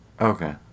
Okay